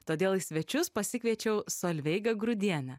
todėl į svečius pasikviečiau solveigą grudienę